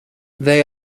they